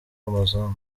amazon